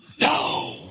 no